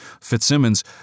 Fitzsimmons